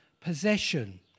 possession